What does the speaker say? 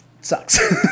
sucks